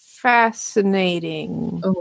fascinating